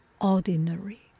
ordinary